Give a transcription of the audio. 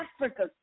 Africa